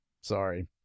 Sorry